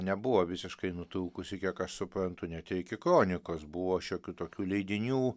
nebuvo visiškai nutrūkusi kiek aš suprantu net ir iki kronikos buvo šiokių tokių leidinių